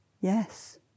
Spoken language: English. Yes